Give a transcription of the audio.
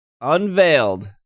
Unveiled